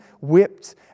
whipped